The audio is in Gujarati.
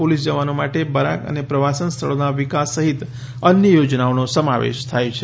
પોલીસ જવાનો માટે બરાક અને પ્રવાસન સ્થળોના વિકાસ સહિત અન્ય યોજનાઓનો સમાવેશ થાય છે